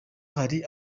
hari